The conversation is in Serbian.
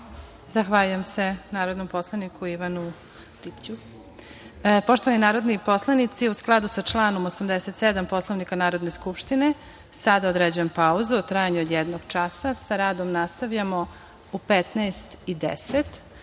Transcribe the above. Zahvaljujem se narodnom poslaniku Ivanu Ribaću. Poštovani narodni poslanici, u skladu sa članom 87. Poslovnika Narodne skupštine sada određujem pauzu u trajanju od jednog časa. Sa radom nastavljamo u 15,10